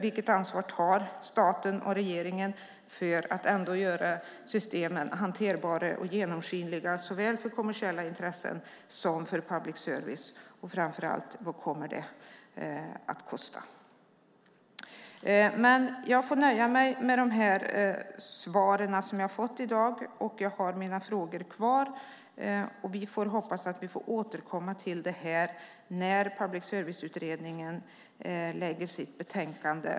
Vilket ansvar tar staten och regeringen för att göra systemen hanterbara och genomskinliga såväl för kommersiella intressen som för public service? Och framför allt: Vad kommer det att kosta? Jag får nöja mig med de svar som jag har fått i dag. Jag har mina frågor kvar. Vi får hoppas att vi kan återkomma till detta när Public service-utredningen lägger fram sitt betänkande.